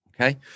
okay